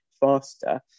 faster